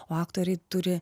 o aktoriai turi